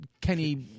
Kenny